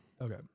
Okay